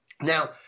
Now